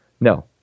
no